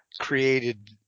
created